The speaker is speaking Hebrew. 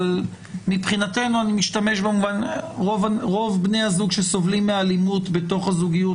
מבחינתנו רוב בני הזוג שסובלים מאלימות בתוך הזוגיות,